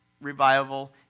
revival